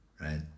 right